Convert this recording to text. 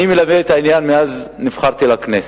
אני מלווה את העניין מאז נבחרתי לכנסת,